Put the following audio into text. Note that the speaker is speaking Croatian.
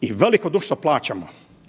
i velikodušno plaćamo